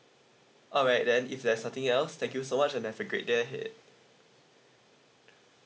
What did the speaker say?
alright then if there's nothing else thank you so much and have a great day ahead